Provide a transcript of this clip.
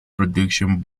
production